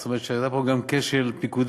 זאת אומרת שהיה פה גם כשל פיקודי,